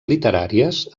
literàries